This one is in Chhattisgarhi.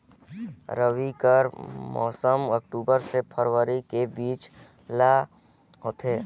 रबी कर मौसम अक्टूबर से फरवरी के बीच ल होथे